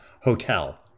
hotel